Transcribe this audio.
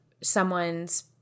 someone's